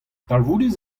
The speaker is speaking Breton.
talvoudus